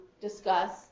discuss